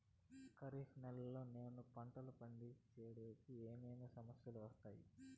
ఖరీఫ్ నెలలో నేను పంటలు పండించేకి ఏమేమి సమస్యలు వస్తాయి?